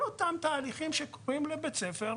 גם על מניעה של כל אותם אירועים שקורים בבתי הספר,